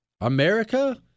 America